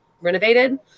renovated